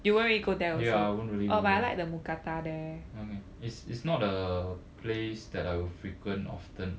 ya I won't really go there okay it's it's not a place that I will frequent often lah